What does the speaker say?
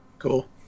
cool